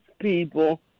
people